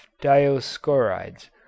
Dioscorides